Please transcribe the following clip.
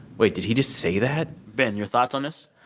wait, did he just say that? ben, your thoughts on this?